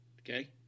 okay